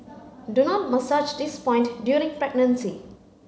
do not massage this point during pregnancy